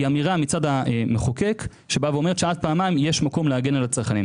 אמירה מצב המחוקק שאומר שעד פעמיים יש מקום להגן על הצרכנים.